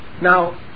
now